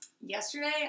yesterday